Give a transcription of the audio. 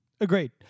Agreed